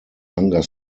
hunger